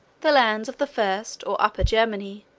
the lands of the first, or upper, germany,